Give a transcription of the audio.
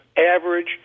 average